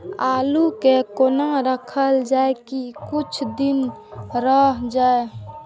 आलू के कोना राखल जाय की कुछ दिन रह जाय?